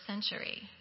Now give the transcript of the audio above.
century